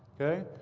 ok?